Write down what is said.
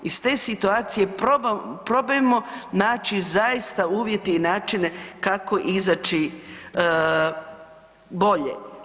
Iz ste situacije probajmo naći zaista uvjete i načine kako izaći bolje.